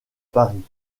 paris